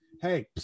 Hey